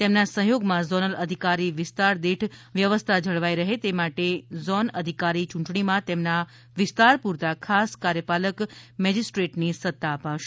તેમના સહયોગમાં ઝોનલ અધિકારી વિસ્તાર દીઠ વ્યવસ્થા જળવાઇ રહે તે માટે ઝોન અધિકારી યૂંટણીમાં તેમના વિસ્તાર પૂરતા ખાસ કાર્યપાલક મેજિસ્ટ્રેટની સત્તા અપાશે